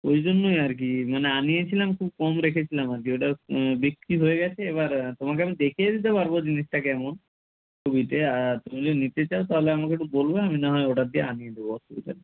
ওই জন্যই আর কি মানে আনিয়েছিলাম খুব কম রেখেছিলাম আর কি ওটাও বিক্রি হয়ে গেছে এবার তোমাকে আমি দেখিয়ে দিতে পারব জিনিসটা কেমন ছবিতে আর তুমি যদি নিতে চাও তাহলে আমাকে একটু বলবে আমি না হয় অর্ডার দিয়ে আনিয়ে দেবো অসুবিধা নেই